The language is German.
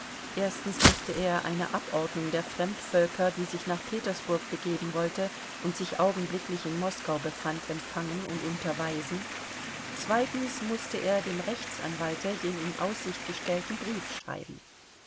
erstens mußte er eine abordnung der fremdvölker die sich nach petersburg begeben wollte und sich augenblicklich in moskau befand empfangen und unterweisen zweitens mußte er dem rechtsanwalte den in aussicht gestellten brief schreiben